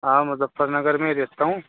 ہاں مظفر نگر میں رہتا ہوں